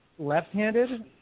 Left-handed